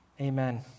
Amen